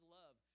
love